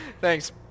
Thanks